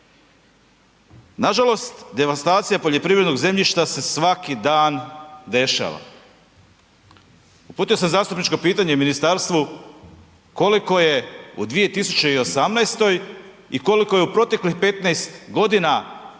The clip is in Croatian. Nažalost, devastacija poljoprivrednog zemljišta se svaki dan dešava. Uputio sam zastupničko pitanje ministarstvu koliko je u 2018. i koliko je u proteklih 15 godina